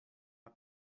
hat